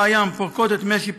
צה"ל פועל בשיתוף פעולה עם המשרד